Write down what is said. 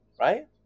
Right